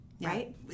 right